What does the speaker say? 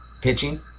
Pitching